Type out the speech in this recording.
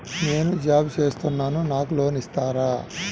నేను జాబ్ చేస్తున్నాను నాకు లోన్ ఇస్తారా?